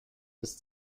ist